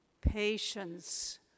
patience